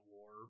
war